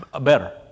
Better